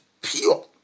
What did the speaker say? pure